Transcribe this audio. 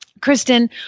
Kristen